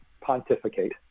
pontificate